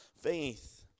faith